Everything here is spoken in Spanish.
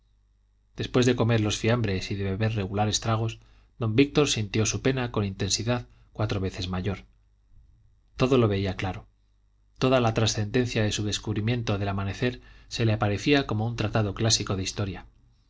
después de comer los fiambres y de beber regulares tragos don víctor sintió su pena con intensidad cuatro veces mayor todo lo veía claro toda la trascendencia de su descubrimiento del amanecer se le aparecía como un tratado clásico de historia